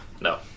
No